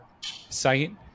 site